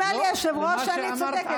אומר לי היושב-ראש שאני צודקת.